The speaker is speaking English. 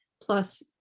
plus